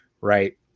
right